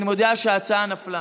אני מודיעה שההצעה נפלה.